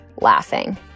laughing